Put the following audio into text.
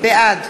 בעד